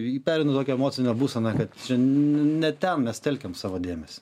pereinu į tokią emocinę būseną kad ne ten mes telkiam savo dėmesį